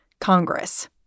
Congress